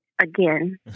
again